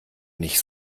nicht